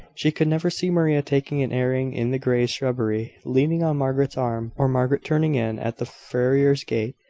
she could never see maria taking an airing in the greys' shrubbery, leaning on margaret's arm, or margaret turning in at the farrier's gate,